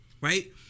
right